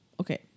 okay